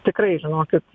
tikrai žinokit